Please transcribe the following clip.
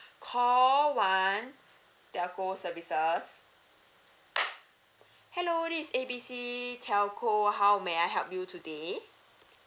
call one telco services hello this is A B C telco how may I help you today